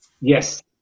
Yes